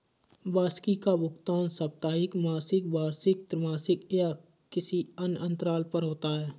वार्षिकी का भुगतान साप्ताहिक, मासिक, वार्षिक, त्रिमासिक या किसी अन्य अंतराल पर होता है